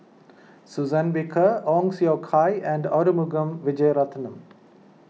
Suzann Victor Ong Siong Kai and Arumugam Vijiaratnam